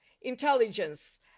intelligence